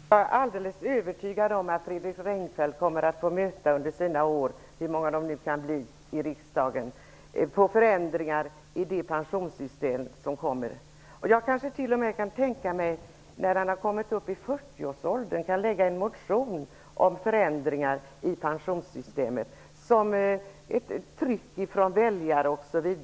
Herr talman! Jag är alldeles övertygad om att Fredrik Reinfeldt under sina år i riksdagen -- hur många de nu kan bli -- kommer att möta på förändringar i det pensionssystem som nu skall införas. Jag kan tänka mig att när han kommer upp i 40-årsåldern kommer han att väcka en motion om förändringar i pensionssystemet. Det kan kan vara fråga om att ett tryck från väljarna osv.